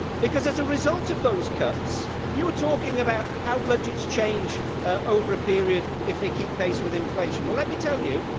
because as a result of those cuts interruption. you were talking about how budgets change over a period if they keep pace with inflation. well, let me tell you,